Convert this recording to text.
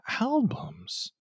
albums